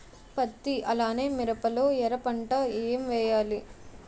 పత్తి అలానే మిరప లో ఎర పంట ఏం వేయాలి?